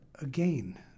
again